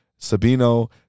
Sabino